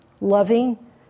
loving